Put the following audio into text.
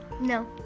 No